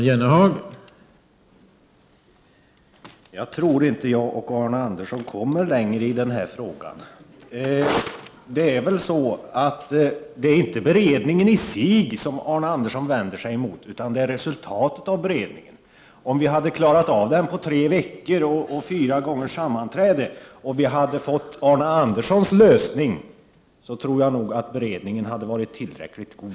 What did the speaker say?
Herr talman! Jag tror inte att Arne Andersson i Ljung och jag kommer längre i den här frågan. Det är väl inte beredningen i sig som Arne Andersson vänder sig mot, utan resultatet av beredningen. Om vi hade klarat av den på tre veckor och fyra sammanträden och fått Arne Anderssons lösning, så tror jag nog att beredningen hade varit tillräckligt god.